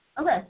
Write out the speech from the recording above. Okay